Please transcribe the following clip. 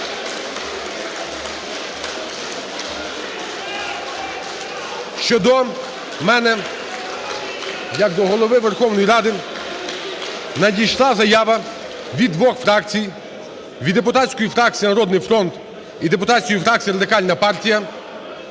що до мене як до Голови Верховної Ради надійшла заява від двох фракцій – від депутатської фракції "Народний фронт" і депутатської фракції Радикальної партії.